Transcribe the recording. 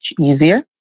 easier